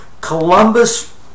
Columbus